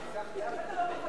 (קוראת בשמות חברי הכנסת) יצחק כהן, בעד